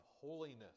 holiness